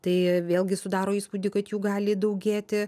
tai vėlgi sudaro įspūdį kad jų gali daugėti